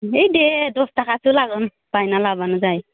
ओइ दे दस थाखासो लागोन बायना लाबानो जायो